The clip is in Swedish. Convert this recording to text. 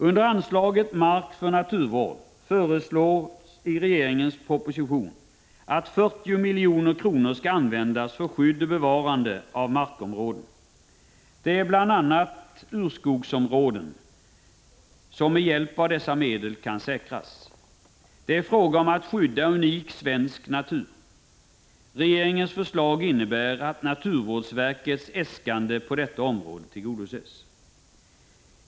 Under anslaget Mark för naturvård föreslås i propositionen att 40 milj.kr. skall användas för skydd och bevarande av markområden. Det är bl.a. urskogsområden som med hjälp av dessa medel kan säkras. Det är fråga om att skydda unik svensk natur. Regeringens förslag innebär att naturvårdsverkets äskande på detta område tillgodoses.